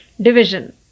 division